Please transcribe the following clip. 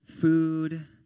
food